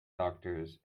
doctors